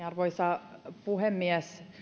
arvoisa puhemies